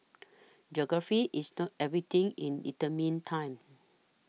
geography is not everything in determining time